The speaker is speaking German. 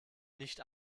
nicht